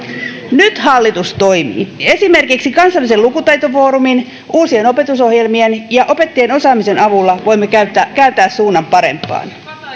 nyt hallitus toimii esimerkiksi kansallisen lukutaitofoorumin uusien opetusohjelmien ja opettajien osaamisen avulla voimme kääntää kääntää suunnan parempaan